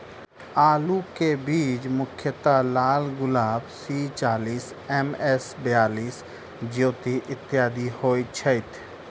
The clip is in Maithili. आलु केँ बीज मुख्यतः लालगुलाब, सी चालीस, एम.एस बयालिस, ज्योति, इत्यादि होए छैथ?